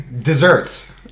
Desserts